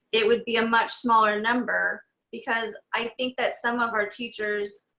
it would be a much smaller number because i think that some of our teachers,